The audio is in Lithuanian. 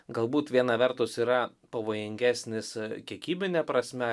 galbūt viena vertus yra pavojingesnis kiekybine prasme